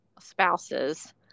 spouses